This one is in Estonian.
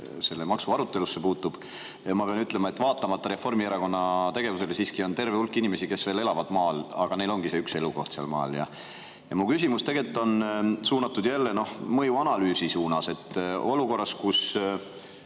selle maksu arutelusse puutub. Ma pean ütlema, et vaatamata Reformierakonna tegevusele, on siiski terve hulk inimesi, kes veel elavad maal, aga neil ongi vaid üks elukoht seal maal. Mu küsimus on tegelikult jälle mõjuanalüüsi kohta. Olukorras, kus